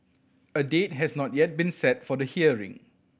a date has not yet been set for the hearing